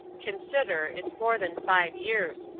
consider it's more than five years.